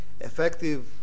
Effective